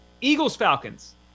Eagles-Falcons